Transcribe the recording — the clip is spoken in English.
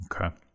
Okay